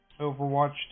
Overwatch